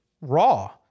Raw